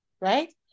right